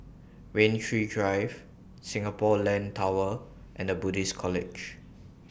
Rain Tree Drive Singapore Land Tower and The Buddhist College